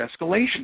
escalation